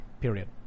Period